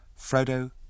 Frodo